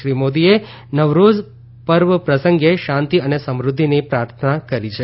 શ્રી મોદીએ નવરોઝ પર્વ પ્રસંગે શાંતિ અને સમૃદ્ધિની પ્રાર્થના કરી છે